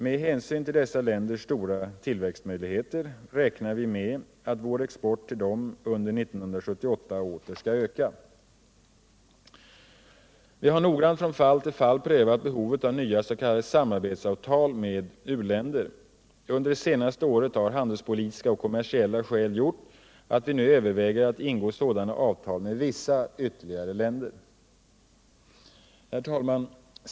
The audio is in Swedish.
Med hänsyn till dessa länders stora tillväxtmöjligheter räknar vi med att vår export till dem under 1978 åter skall öka. Vi har noggrant från fall till fall prövat behovet av nya s.k. samarbetsavtal med u-länder. Under det senaste året har handelspolitiska och kommersiella skäl gjort att vi nu överväger att ingå sådana avtal med vissa ytterligare länder. Herr talman!